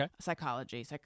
Psychology